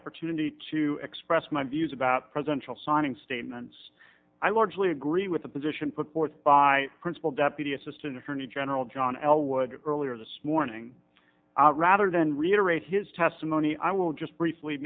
opportunity to express my views about presidential signing statements i largely agree with the position put forth by principal deputy assistant attorney general john ellwood earlier this morning out rather than reiterate his testimony i will just briefly